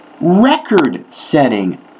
Record-setting